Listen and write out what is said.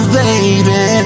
baby